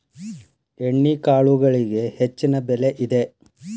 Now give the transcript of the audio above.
ಎಣ್ಣಿಕಾಳುಗಳಿಗೆ ಹೆಚ್ಚಿನ ಬೆಲೆ ಇದೆ